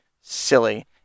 silly